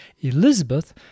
Elizabeth